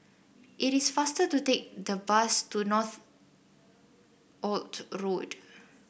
it is faster to take the bus to Northolt Road